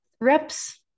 reps